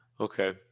Okay